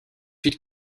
suite